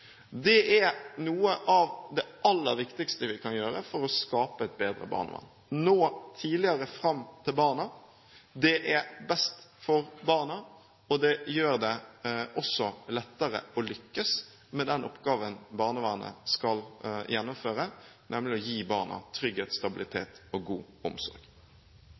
Det er noe av det aller viktigste vi kan gjøre for å skape et bedre barnevern og nå tidligere fram til barna. Det er best for barna, og det gjør det også lettere å lykkes med den oppgaven barnevernet skal gjennomføre, nemlig å gi barna trygghet, stabilitet og god omsorg.